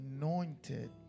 anointed